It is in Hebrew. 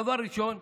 דבר ראשון,